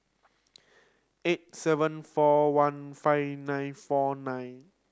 eight seven four one five nine four nine